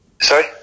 Sorry